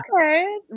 Okay